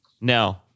No